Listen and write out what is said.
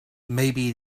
maybe